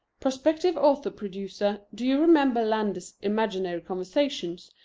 prospective author-producer, do you remember landor's imaginary conversations,